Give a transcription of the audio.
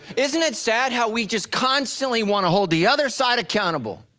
isn't it sad how we just constantly wanna hold the other side accountable,